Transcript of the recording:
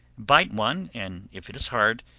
bite one, and if it is hard,